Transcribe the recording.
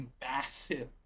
massive